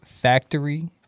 Factory